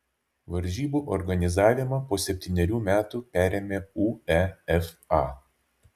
varžybų organizavimą po septynerių metų perėmė uefa